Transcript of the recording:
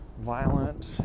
violent